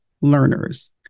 learners